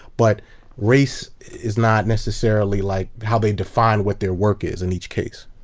but race is not necessarily like how they define what their work is in each case.